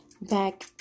back